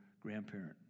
grandparent